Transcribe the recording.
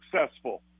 successful